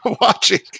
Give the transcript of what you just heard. watching